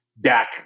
Dak